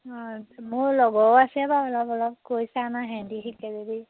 অঁ মোৰ লগৰো আছে বাৰু অলপ অলপ কৈ চাম আৰু সিহঁতি শিকে যদি